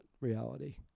reality